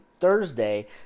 Thursday